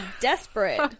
Desperate